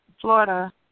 Florida